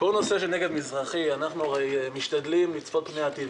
בכל נושא הנגב המזרחי אנחנו הרי משתדלים לצפות פני העתיד: